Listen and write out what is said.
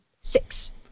Six